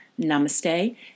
Namaste